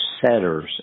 setters